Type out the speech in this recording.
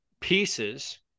pieces